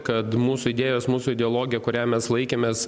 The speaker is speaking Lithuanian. kad mūsų idėjos mūsų ideologija kuria mes laikėmės